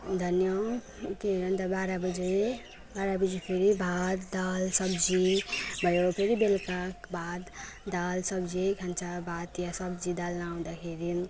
धन्य के अन्त बाह्र बजे बाह्र बजे फेरि भात दाल सब्जी भयो फेरि बेलुका भात दाल सब्जी खान्छ भात वा सब्जी दाल नहुँदाखेरि